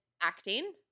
acting